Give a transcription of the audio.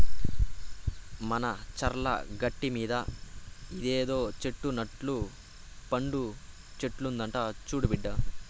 మన చర్ల గట్టుమీద ఇదేదో చెట్టు నట్ట పండు చెట్లంట చూడు బిడ్డా